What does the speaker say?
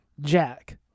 Jack